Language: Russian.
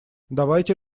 давайте